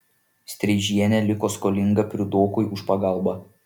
streižienė liko skolinga priudokui už pagalbą